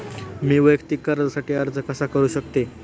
मी वैयक्तिक कर्जासाठी अर्ज कसा करु शकते?